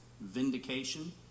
Vindication